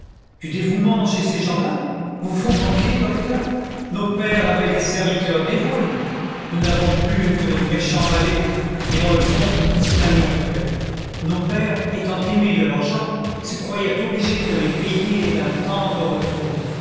du dévouement chez ces gens-là vous vous moquez docteur nos pères avaient des serviteurs dévoués nous n'avons plus que de méchants valets et dans le fond nous y gagnons peut-être nos pères étant aimés de leurs i gens se croyaient obligés de les payer d'un tendre retour